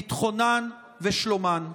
ביטחונן ושלומן?